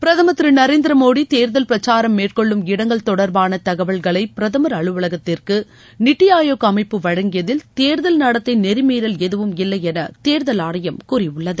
பிரதமர் திரு நரேந்திர மோடி தேர்தல் பிரச்சாரம் மேற்கொள்ளும் இடங்கள் தொடர்பான தகவல்களை பிரதமர் அலுவலகத்திற்கு நித்தி ஆயோக் அமைப்பு வழங்கியதில் தேர்தல் நடத்தை நெறிமீறல் எதுவும் இல்லை என தேர்தல் ஆணையம் கூறியுள்ளது